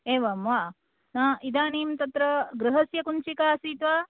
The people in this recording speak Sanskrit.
एवं वा न इदानीं तत्र गृहस्य कुञ्चिका आसीत् वा